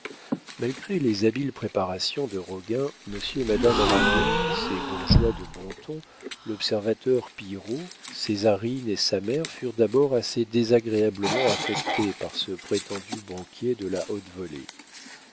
malgré les habiles préparations de roguin monsieur et madame ragon ces bourgeois de bon ton l'observateur pillerault césarine et sa mère furent d'abord assez désagréablement affectés par ce prétendu banquier de la haute volée